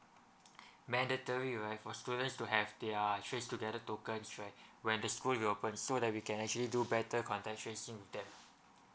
mandatory right for students to have their trace together tokens right when the school reopens so that we can actually do better contact tracing with them